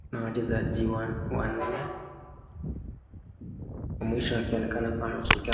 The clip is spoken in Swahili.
Kuna wachezaji wanne, wa mwisho akionekana kuwa ameshika